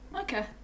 Okay